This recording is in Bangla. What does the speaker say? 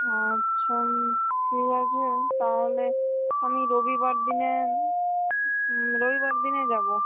আচ্ছা ঠিক আছে তাহলে আমি রবিবার দিনে রবিবার দিনে যাবো